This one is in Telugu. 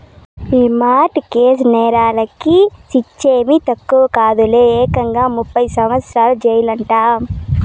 ఈ మార్ట్ గేజ్ నేరాలకి శిచ్చేమీ తక్కువ కాదులే, ఏకంగా ముప్పై సంవత్సరాల జెయిలంట